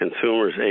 Consumers